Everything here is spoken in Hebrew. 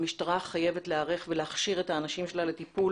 המשטרה חייבת להיערך ולהכשיר את האנשים שלה לטיפול